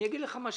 אגיד לך מה שתעשו.